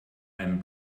einem